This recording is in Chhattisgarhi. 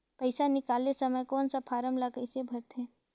पइसा निकाले समय कौन सा फारम ला कइसे भरते?